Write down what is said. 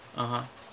(uh huh)